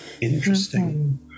Interesting